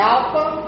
Alpha